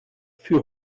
für